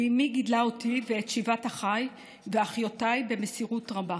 ואימי גידלה אותי ואת שבעת אחיי ואחיותיי במסירות רבה.